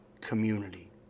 community